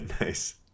Nice